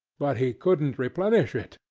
but he couldn't replenish it,